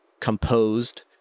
composed